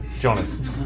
Jonas